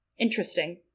Interesting